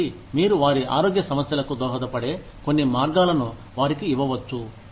కాబట్టి మీరు వారి ఆరోగ్య సమస్యలకు దోహదపడే కొన్ని మార్గాలను వారికి ఇవ్వవచ్చు